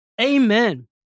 Amen